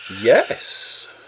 Yes